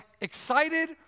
excited